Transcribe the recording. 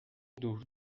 دور